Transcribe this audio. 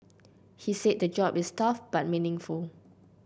he said the job is tough but meaningful